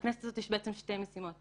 לכנסת הזאת יש בעצם שתי משימות.